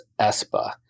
Espa